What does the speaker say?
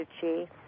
Chi